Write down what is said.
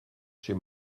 chez